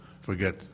forget